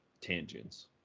tangents